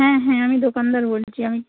হ্যাঁ হ্যাঁ আমি দোকানদার বলছি আমি